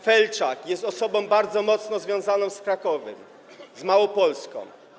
Felczak był osobą bardzo mocno związaną z Krakowem, z Małopolską.